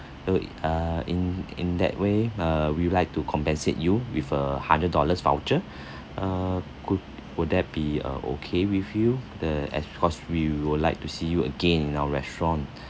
uh ah in in that way uh we would like to compensate you with a hundred dollars voucher uh could could that be uh okay with you the as cause we would like to see you again in our restaurant